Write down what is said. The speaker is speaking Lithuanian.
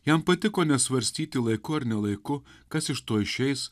jam patiko nesvarstyti laiku ar ne laiku kas iš to išeis